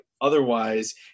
Otherwise